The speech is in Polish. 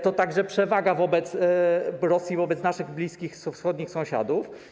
To także przewaga Rosji wobec naszych bliskich wschodnich sąsiadów.